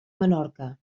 menorca